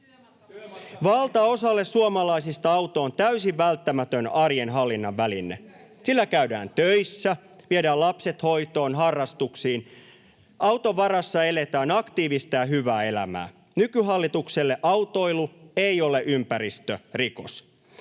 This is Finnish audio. Valtaosalle suomalaisista auto on täysin välttämätön arjen hallinnan väline: sillä käydään töissä, viedään lapset hoitoon ja harrastuksiin. Auton varassa eletään aktiivista ja hyvää elämää. Nykyhallitukselle autoilu ei ole ympäristörikos.